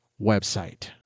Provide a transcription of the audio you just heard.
website